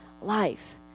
life